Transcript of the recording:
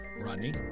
Ronnie